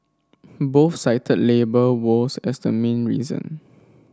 both cited labour woes as the main reason